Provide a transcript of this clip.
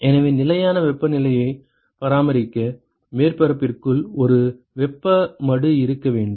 எனவே நிலையான வெப்பநிலையை பராமரிக்க மேற்பரப்பிற்குள் ஒரு வெப்ப மடு இருக்க வேண்டும்